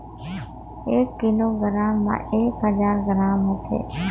एक किलोग्राम म एक हजार ग्राम होथे